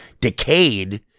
decayed